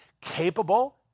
capable